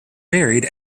buried